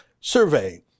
Survey